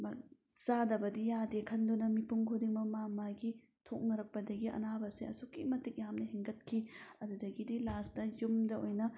ꯆꯥꯗꯕꯗꯤ ꯌꯥꯗꯦ ꯈꯟꯗꯨꯅ ꯃꯤꯄꯨꯝ ꯈꯨꯗꯤꯡꯃꯛ ꯃꯥ ꯃꯥꯒꯤ ꯊꯣꯛꯅꯔꯛꯄꯗꯒꯤ ꯑꯅꯥꯕꯁꯦ ꯑꯁꯨꯛꯀꯤ ꯃꯇꯤꯛ ꯌꯥꯝꯅ ꯍꯦꯟꯒꯠꯈꯤ ꯑꯗꯨꯗꯒꯤꯗꯤ ꯂꯥꯁꯇ ꯌꯨꯝꯗ ꯑꯣꯏꯅ